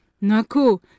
Naku